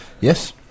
Yes